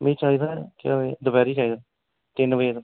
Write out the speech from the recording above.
में चाहिदा दपैह्रीं चाहिदा तीन बजे